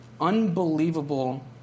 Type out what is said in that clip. unbelievable